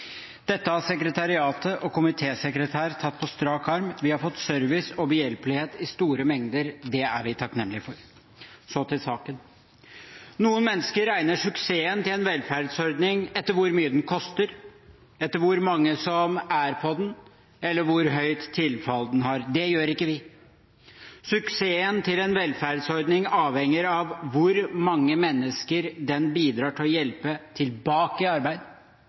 Dette har sekretariatet og komitésekretæren tatt på strak arm. Vi har fått service og behjelpelighet i store mengder. Det er vi takknemlige for. Så til saken. Noen mennesker regner suksessen til en velferdsordning etter hvor mye den koster, etter hvor mange som er på den, eller hvor høyt tilfall den har. Det gjør ikke vi. Suksessen til en velferdsordning avhenger av hvor mange mennesker den bidrar til å hjelpe tilbake i arbeid,